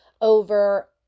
over